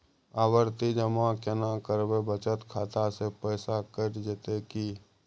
आवर्ति जमा केना करबे बचत खाता से पैसा कैट जेतै की?